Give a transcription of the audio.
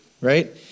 right